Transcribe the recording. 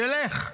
תלך,